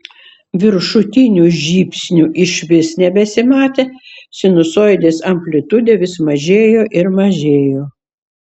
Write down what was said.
viršutinių žybsnių išvis nebesimatė sinusoidės amplitudė vis mažėjo ir mažėjo